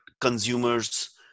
consumers